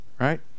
Right